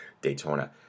Daytona